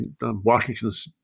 Washington's